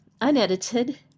unedited